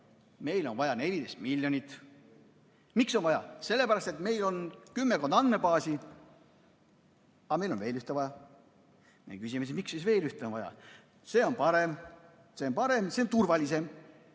meil on vaja 14 miljonit. Miks on vaja? Sellepärast, et meil on kümmekond andmebaasi, aga meil on veel ühte vaja. Meie küsime siin, miks siis veel ühte on vaja. See on parem ja see on turvalisem.